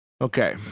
Okay